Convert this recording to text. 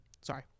sorry